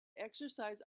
exercise